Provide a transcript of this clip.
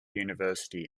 university